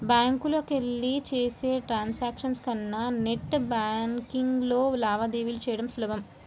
బ్యాంకులకెళ్ళి చేసే ట్రాన్సాక్షన్స్ కన్నా నెట్ బ్యేన్కింగ్లో లావాదేవీలు చెయ్యడం సులభం